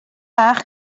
bach